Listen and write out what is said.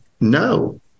no